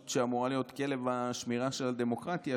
שאמורה להיות כלב השמירה של הדמוקרטיה,